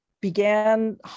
began